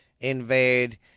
invaded